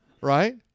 Right